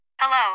Hello